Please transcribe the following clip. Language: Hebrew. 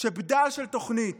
שבדל של תוכנית